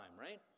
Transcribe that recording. right